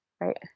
right